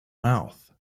mouth